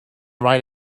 write